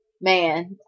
man